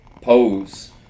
pose